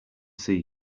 see